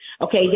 okay